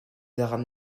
arabes